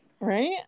right